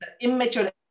immature